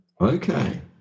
okay